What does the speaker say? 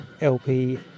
LP